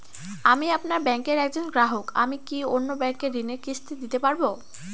আমি আপনার ব্যাঙ্কের একজন গ্রাহক আমি কি অন্য ব্যাঙ্কে ঋণের কিস্তি দিতে পারবো?